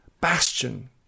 bastion